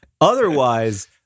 Otherwise